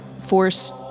force